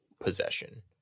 possession